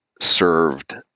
served